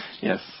Yes